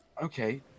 Okay